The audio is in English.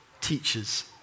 teachers